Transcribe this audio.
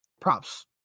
props